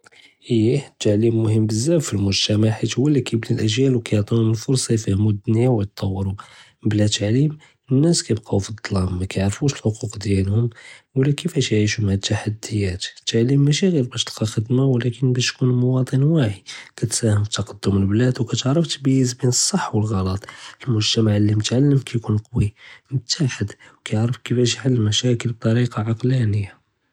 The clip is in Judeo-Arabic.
אייה התעלים חשוב بزאף פאלמזת'ע, חית הוא לי כיבני אלעג'יאל ו כיעטיهم אלפרסה יפמהו אלדוניא ויתטורו, בלא תעלים אלנאס כיבקאוו פאלדזלאם, מאיערפוש אלח'וקוק דיעלהם ולא כיפאש יעישו מע אלתהדיות, אלעלים משי גר באש תלקא חדמה ולקין באש tkun מועתן واعי, כתסאهم פתקדם לבלד וכתמייז ביין סה ואלגלט, אלמזת'ע אלי מתעלם יקון קווי ומתוحد, וכיערף כיפאש יחל אלמשאקיל בטאריקה עקלאניה.